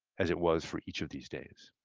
as it was for each of these days.